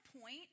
point